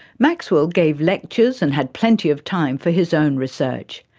maxwell gave lectures and had plenty of time for his own research.